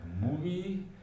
Movie